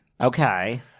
Okay